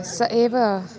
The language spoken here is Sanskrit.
सः एव